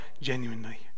genuinely